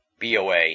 BOA